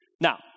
Now